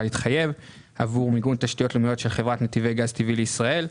להתחייב עבור מיגון תשתיות לאומיות של חברת נתיבי גז טבעי לישראל.